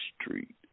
street